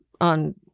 on